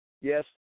Yes